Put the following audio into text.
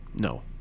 No